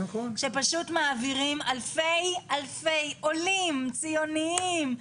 שמעבירים את זה אלפי עולים ציוניים.